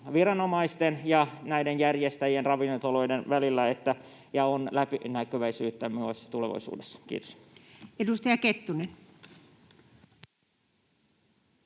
viranomaisten ja näiden järjestäjien, ravintoloiden välillä ja on läpinäkyvyyttä myös tulevaisuudessa. — Kiitos. [Speech